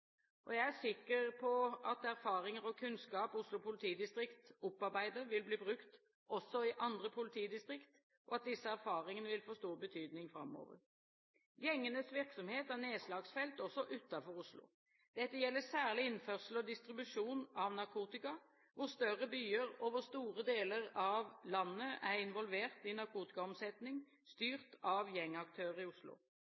Jeg er sikker på at erfaringer og kunnskap som Oslo politidistrikt opparbeider, vil bli brukt også i andre politidistrikter, og at disse erfaringene vil få stor betydning framover. Gjengenes virksomhet har nedslagsfelt også utenfor Oslo. Dette gjelder særlig innførsel og distribusjon av narkotika, hvor større byer over store deler av landet er involvert i narkotikaomsetning,